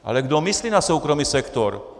Ale kdo myslí na soukromý sektor?